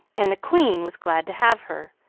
and the queen was glad to have her.